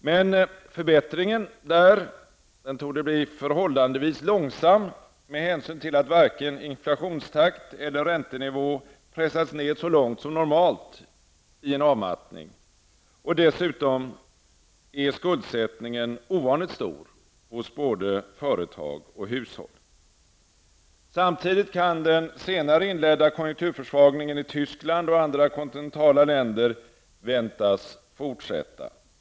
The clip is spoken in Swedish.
Men förbättringen torde bli förhållandevis långsam med hänsyn till att varken inflationstakt eller räntenivå pressats ned så långt som normalt i en avmattning och dessutom skuldsättningen är ovanligt stor hos både företag och hushåll. Samtidigt kan den senare inledda konjunkturförsvagningen i Tyskland och andra kontinentala länder väntas fortsätta.